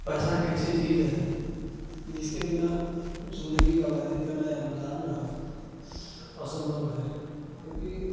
پیسہ ایک ایسی چیز ہے جس کے بنا زندگی کا ویتیت کرنا یا گزارنا اسمبھو ہے کیونکہ